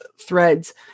threads